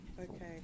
Okay